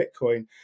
bitcoin